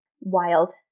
Wild